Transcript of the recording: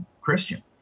Christian